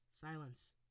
Silence